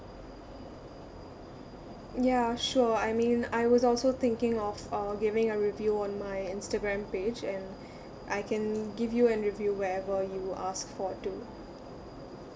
ya sure I mean I was also thinking of uh giving a review on my instagram page and I can give you an review wherever you ask for it too